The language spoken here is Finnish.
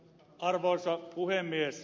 arvoisa puhemies